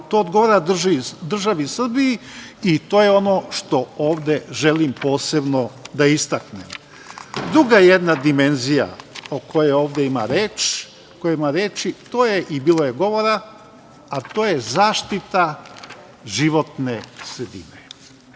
to odgovara državi Srbiji i to je ono što ovde želim posebno da istaknem. Druga jedna dimenzija o kojoj je reč i bilo je govora to je zaštita životne sredine.